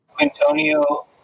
Antonio